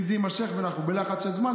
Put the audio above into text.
אם זה יימשך ואנחנו בלחץ של זמן,